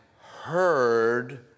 heard